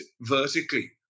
vertically